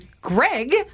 Greg